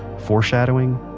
foreshadowing,